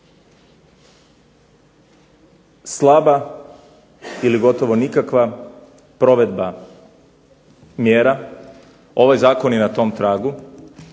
Slaba ili gotovo nikakva provedba mjera, ovaj Zakon je na tom tragu,